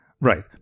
right